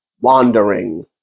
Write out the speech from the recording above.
wandering